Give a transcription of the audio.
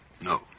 No